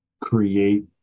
create